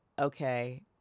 okay